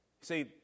See